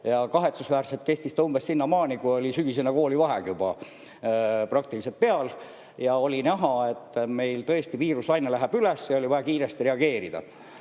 kahetsusväärselt kestis see umbes sinnamaani, kui sügisene koolivaheaeg oli juba praktiliselt käes ja oli näha, et meil tõesti viirus aina läheb üles ja oli vaja kiiresti reageerida.